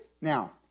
Now